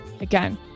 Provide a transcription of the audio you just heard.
again